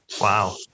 wow